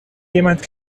jemand